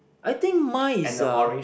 I think mine is uh